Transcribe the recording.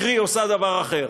קרי עושה דבר אחר.